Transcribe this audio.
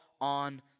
on